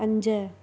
पंज